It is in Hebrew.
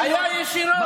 היה ישירות.